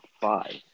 five